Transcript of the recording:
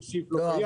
אם הסעיף לא קיים.